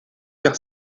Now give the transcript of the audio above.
vers